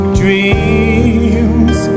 dreams